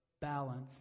balance